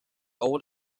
old